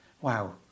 wow